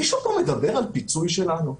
מישהו פה מדבר על פיצוי שלנו?